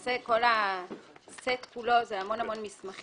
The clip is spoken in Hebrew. למעשה כל הסט כולו זה המון מסמכים,